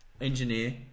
Engineer